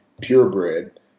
purebred